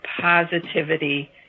positivity